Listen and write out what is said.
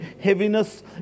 heaviness